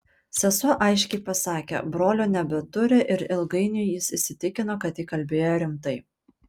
sesuo aiškiai pasakė brolio nebeturi ir ilgainiui jis įsitikino kad ji kalbėjo rimtai